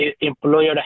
Employer